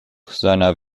seiner